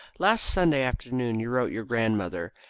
last sunday afternoon you wrote your grandmother.